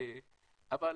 אבל